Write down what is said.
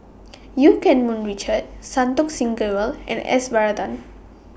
EU Keng Mun Richard Santokh Singh Grewal and S Varathan